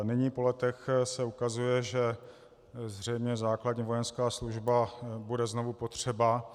Nyní po letech se ukazuje, že zřejmě základní vojenská služba bude znovu potřeba.